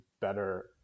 better